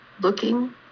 looking